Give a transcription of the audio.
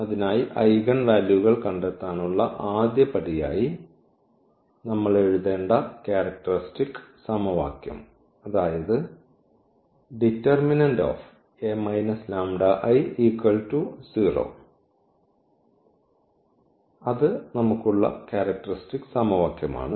അതിനായി ഐഗൻ വാല്യൂകൾ കണ്ടെത്താനുള്ള ആദ്യപടിയായി നമ്മൾ എഴുതേണ്ട ക്യാരക്ടറിസ്റ്റിക് സമവാക്യം അതായത് ഈ ഡിറ്റർമിനന്റ് ഓഫ് അത് നമുക്ക് ഉള്ള ക്യാരക്ടറിസ്റ്റിക് സമവാക്യമാണ്